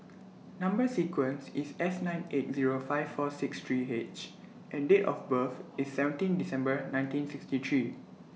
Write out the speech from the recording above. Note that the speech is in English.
Number sequence IS S nine eight Zero five four six three H and Date of birth IS seventeen December nineteen sixty three